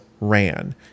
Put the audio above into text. ran